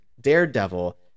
Daredevil